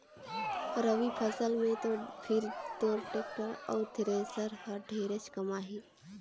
रवि फसल मे तो फिर तोर टेक्टर अउ थेरेसर हर ढेरेच कमाही